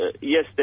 yes